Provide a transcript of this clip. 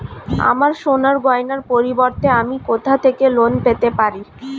আমার সোনার গয়নার পরিবর্তে আমি কোথা থেকে লোন পেতে পারি?